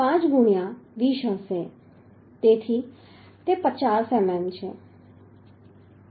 5 ગુણ્યા 20 હશે તેથી તે 50 મીમી છે